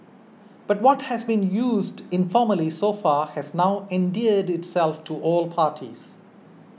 but what has been used informally so far has now endeared itself to all parties